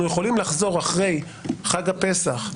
אנחנו יכולים לחזור אחרי חג הפסח,